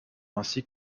ainsi